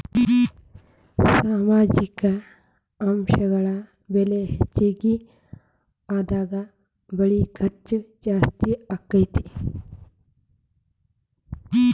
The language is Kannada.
ಸಾಮಾಜಿಕ ಅಂಶಗಳ ಬೆಲೆ ಹೆಚಗಿ ಆದಂಗ ಬೆಳಿ ಖರ್ಚು ಜಾಸ್ತಿ ಅಕ್ಕತಿ